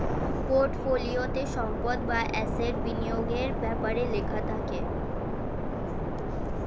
পোর্টফোলিওতে সম্পদ বা অ্যাসেট বিনিয়োগের ব্যাপারে লেখা থাকে